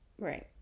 right